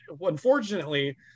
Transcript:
unfortunately